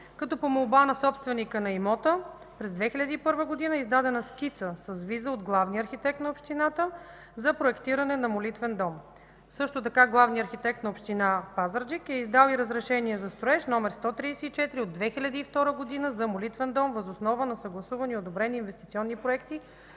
По молба на собственика на имота през 2001 г. е издадена скица с виза от главния архитект на общината за проектиране на молитвен дом. Също така главният архитект на община Пазарджик е издал и разрешение за строеж № 134 от 2002 г. за молитвен дом въз основа на съгласувани и одобрени инвестиционни проекти